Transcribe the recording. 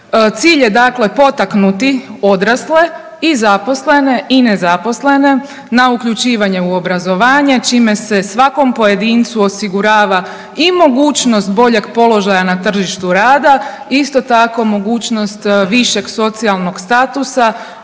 Cilj je dakle potaknuti odrasle i zaposlene i nezaposlene na uključivanje u obrazovanje čime se svakom pojedincu osigurava i mogućnost boljeg položaja na tržištu rada, isto tako mogućnost višeg socijalnog statusa,